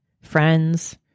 friends